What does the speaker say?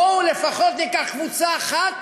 בואו לפחות ניקח קבוצה אחת